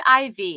IV